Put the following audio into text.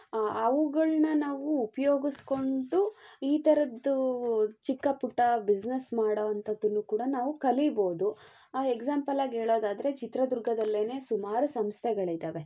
ಅವುಗಳನ್ನ ನಾವು ಉಪಯೋಗಿಸ್ಕೊಂಡು ಈ ಥರದ್ದು ಚಿಕ್ಕ ಪುಟ್ಟ ಬಿಸ್ನೆಸ್ ಮಾಡುವಂತದ್ದನ್ನು ಕೂಡ ನಾವು ಕಲಿಯಬಹುದು ಎಕ್ಸಾಪಲಾಗಿ ಹೇಳೋದಾದರೆ ಚಿತ್ರದುರ್ಗದಲ್ಲೆ ಸುಮಾರು ಸಂಸ್ಥೆಗಳಿದ್ದಾವೆ